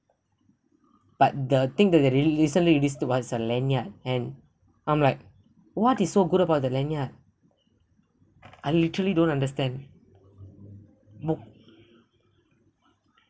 but the thing that really recently released is what is the lanyard and I'm like what is so good about the lanyard I literary don't understand more